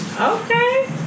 Okay